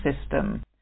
system